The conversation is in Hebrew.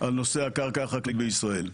על נושא הקרקע החקלאית בישראל.